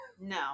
No